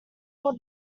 would